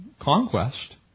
conquest